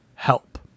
Help